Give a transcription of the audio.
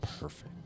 Perfect